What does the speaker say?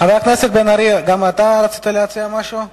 חבר הכנסת בן-ארי, גם אתה רצית להציע משהו חדש?